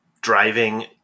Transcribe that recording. driving